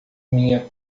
minha